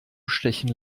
stechen